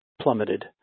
plummeted